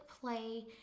play